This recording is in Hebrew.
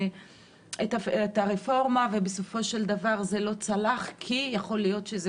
את הרפורמה ובסופו של דבר זה לא צלח כי יכול להיות שזו